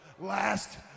Last